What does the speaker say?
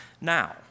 now